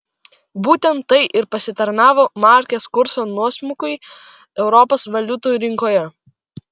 būtent tai ir pasitarnavo markės kurso nuosmukiui europos valiutų rinkoje